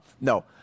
No